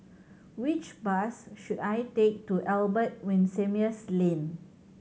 which bus should I take to Albert Winsemius Lane